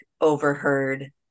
overheard